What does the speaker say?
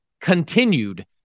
continued